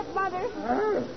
mother